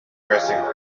dressing